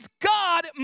God